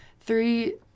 three